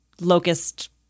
locust